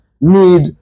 need